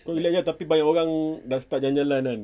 kau relax relax tapi banyak orang dah start jalan-jalan kan